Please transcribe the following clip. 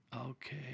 Okay